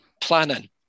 planning